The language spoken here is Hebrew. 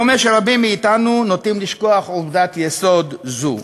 דומה שרבים מאתנו נוטים לשכוח עובדת יסוד זו,